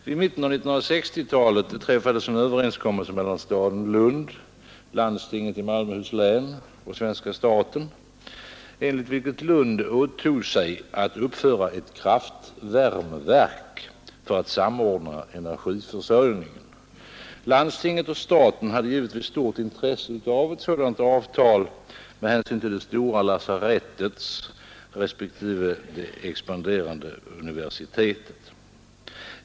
Vid mitten av 1960-talet träffades en överenskommelse mellan staden Lund, landstinget i Malmöhus län och svenska staten, enligt vilken Lund åtog sig att uppföra ett kraftvärmeverk för att samordna energiförsörjningen. Landstinget och staten hade givetvis stort intresse av ett sådant avtal med hänsyn till det stora lasarettet respektive det expanderande universitetet.